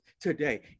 today